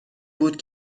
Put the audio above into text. بود